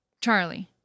Charlie